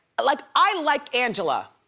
like i like angela,